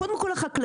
קודם כל החקלאים,